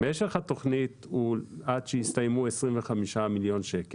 משך התוכנית היא עד שיסתיימו 25,000,000 ₪.